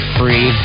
free